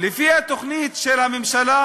לפי התוכנית של הממשלה,